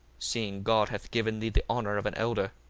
seeing god hath given thee the honour of an elder.